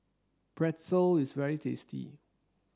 Pretzel is very tasty